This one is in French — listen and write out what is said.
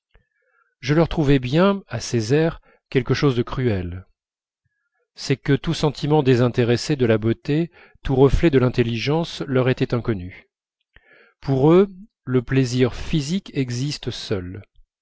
je leur trouvais bien à ces airs quelque chose de cruel c'est que tout sentiment désintéressé de la beauté tout reflet de l'intelligence leur étaient inconnus pour eux le plaisir physique existe seul